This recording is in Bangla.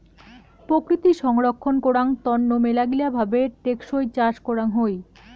প্রকৃতি সংরক্ষণ করাং তন্ন মেলাগিলা ভাবে টেকসই চাষ করাং হই